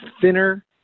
thinner